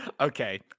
Okay